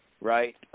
right